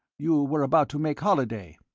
you were about to make holiday?